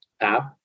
app